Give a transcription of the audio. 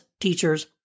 teachers